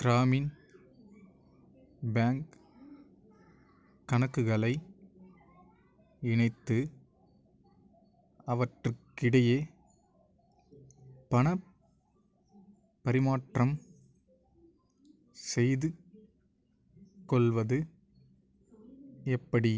Gramin bank கணக்குகளை இணைத்து அவற்றுக்கிடையே பணப் பரிமாற்றம் செய்துக்கொள்வது எப்படி